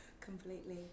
completely